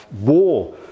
war